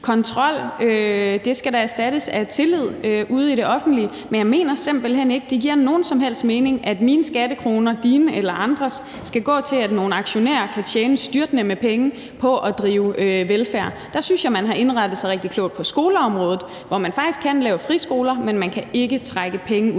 kontrol da skal erstattes af tillid ude i det offentlige. Men jeg mener simpelt hen ikke, det giver nogen som helst mening, at mine, dine eller andres skattekroner skal gå til, at nogle aktionærer kan tjene styrtende med penge på at drive velfærd. Der synes jeg, man har indrettet sig rigtig klogt på skoleområdet, hvor man faktisk kan lave friskoler, men man ikke kan trække penge ud